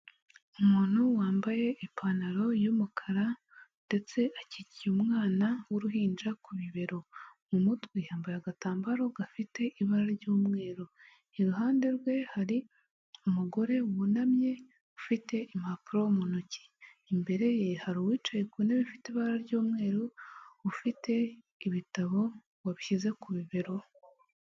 Umuntu wambaye ipantaro y'umukara ndetse akikiye umwana w'uruhinja ku bibero, mu mutwe yambaye agatambaro gafite ibara ry'umweru, iruhande rwe hari umugore wunamye ufite impapuro mu ntoki, imbere ye hari uwicaye ku ntebe ifite ibara ry'umweru, ufite ibitabo wabishyize ku bibero.